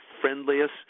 friendliest